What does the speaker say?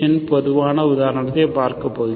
பொதுவான உதாரணத்தை பார்க்கப்போகிறோம்